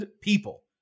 people